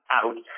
out